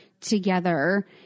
together